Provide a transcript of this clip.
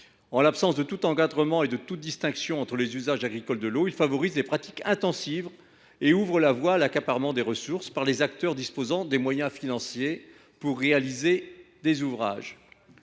En l’absence de tout encadrement et de toute distinction entre les usages agricoles de l’eau, cet article favorise les pratiques intensives et ouvre la voie à l’accaparement des ressources par les acteurs dont les moyens financiers sont suffisants pour réaliser des ouvrages.